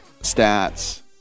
stats